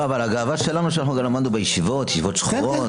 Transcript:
אבל הגאווה שלנו שלמדנו בישיבות, ישיבות שחורות.